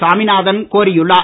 சாமிநாதன் கோரியுள்ளார்